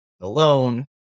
alone